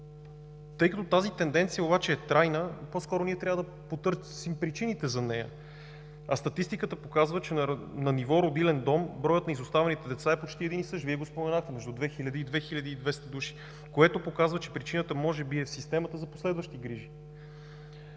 Тъй като тази тенденция обаче е трайна, по-скоро ние трябва да потърсим причините за нея, а статистиката показва, че на ниво родилен дом броят на изоставените деца е почти един и същ. Вие го споменахте – между 2 000 и 2 200 души. Това показва, че причината може би е в системата за последващи грижи.